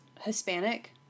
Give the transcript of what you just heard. Hispanic